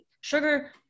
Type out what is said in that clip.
Sugar